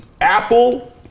Apple